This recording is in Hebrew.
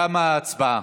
תמה ההצבעה.